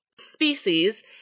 species